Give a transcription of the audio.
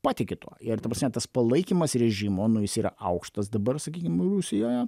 patiki tuo ir ta prasme tas palaikymas režimo nu jis yra aukštas dabar sakykim rusijoje